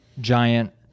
giant